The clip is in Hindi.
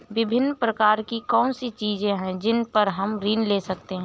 विभिन्न प्रकार की कौन सी चीजें हैं जिन पर हम ऋण ले सकते हैं?